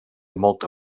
molta